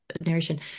narration